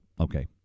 okay